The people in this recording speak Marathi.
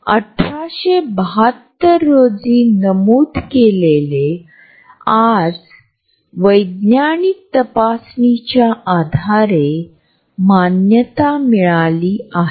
या छायाचित्रांचा तळाशी असलेल्या कोपऱ्यातील छायाचित्रांची तुलना करू शकतो ज्यात तीन लोकांचा गट दाखविला आहे